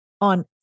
on